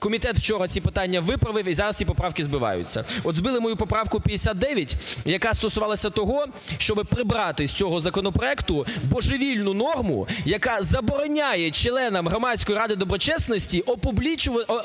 Комітет вчора ці питання виправив і зараз ці поправки збиваються. От збили мою поправку 59, яка стосувалася того, щоб прибрати з цього законопроекту божевільну норму, яка забороняє членам Громадської ради доброчесності опубліковувати